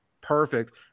perfect